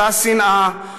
אותה שנאה,